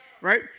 Right